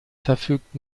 verfügt